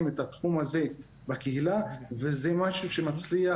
את התחום הזה בקהילה וזה משהו שמצליח,